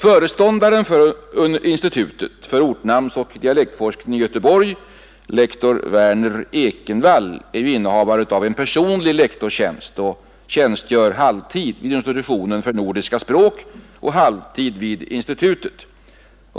Föreståndaren för institutet för ortnamnsoch dialektforskning i Göteborg, lektor Verner Ekenvall, är innehavare av en personlig lektorstjänst och tjänstgör halvtid vid institutionen för nordiska språk och halvtid vid institutet.